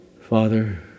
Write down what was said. Father